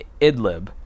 Idlib